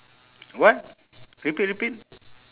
what repeat repeat